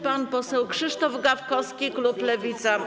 Pan poseł Krzysztof Gawkowski, klub Lewica.